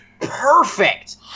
perfect